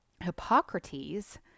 Hippocrates